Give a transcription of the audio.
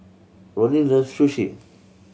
Ronin loves Sushi